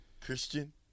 Christian